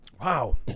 Wow